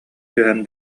түһэн